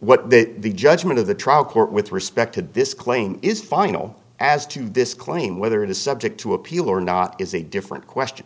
what that the judgment of the trial court with respect to this claim is final as to this claim whether it is subject to appeal or not is a different question